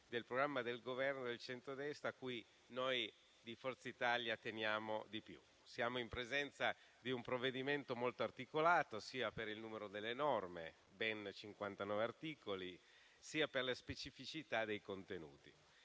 del programma del Governo del centrodestra a cui noi di Forza Italia teniamo di più. Siamo in presenza di un provvedimento molto articolato, sia per il numero delle norme (ben 59 articoli), sia per la specificità dei contenuti.